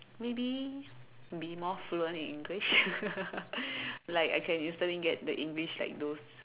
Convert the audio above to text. maybe be more fluent in English like I can get those English like those